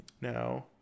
now